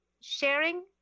sharing